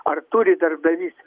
ar turi darbdavys